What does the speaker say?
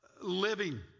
living